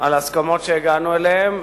על ההסכמות שהגענו אליהן,